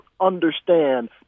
understand